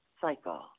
cycle